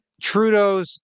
Trudeau's